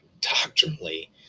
doctrinally